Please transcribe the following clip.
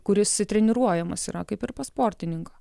kuris treniruojamas yra kaip ir pas sportininką